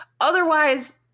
Otherwise